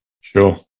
sure